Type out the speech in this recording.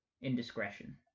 indiscretion